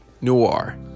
noir